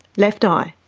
left eye?